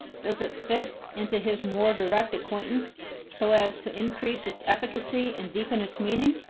does it fit into his more direct acquaintance so as to increase its efficacy and deepen its meaning?